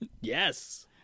Yes